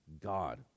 God